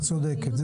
את צודקת.